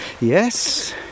Yes